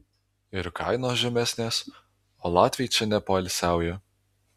ir kainos žemesnės o latviai čia nepoilsiauja